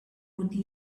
would